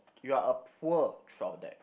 you are a poor throughout that